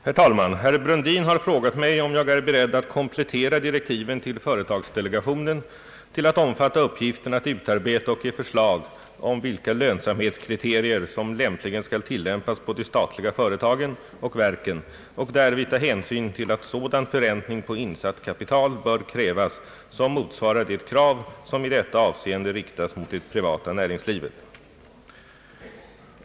Herr talman! Herr Brundin har frågat mig, om jag är beredd att komplettera direktiven till företagsdelegationen till att omfatta uppgiften att utarbeta och ge förslag om vilka lönsamhetskriterier som lämpligen skall tillämpas på de statliga företagen och verken och därvid ta hänsyn till att sådan förräntning på insatt kapital bör krävas, som motsvarar det krav som i detta avseende riktas med det privata näringslivet.